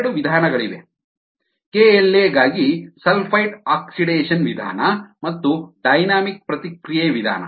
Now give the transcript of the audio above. ಎರಡು ವಿಧಾನಗಳಿವೆ KLa ಗಾಗಿ ಸಲ್ಫೈಟ್ ಆಕ್ಸಿಡೇಷನ್ ವಿಧಾನ ಮತ್ತು ಡೈನಾಮಿಕ್ ಪ್ರತಿಕ್ರಿಯೆ ವಿಧಾನ